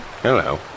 Hello